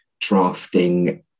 drafting